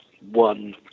one